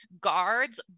guards